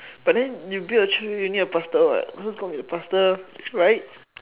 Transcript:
but then you build a church already you need a pastor what who is going to be the pastor right